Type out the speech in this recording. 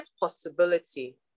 possibility